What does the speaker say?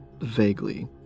vaguely